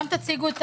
גם תציגו את